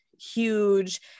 huge